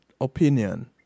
opinion